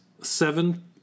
seven